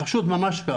פשוט ממש כך.